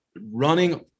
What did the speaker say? running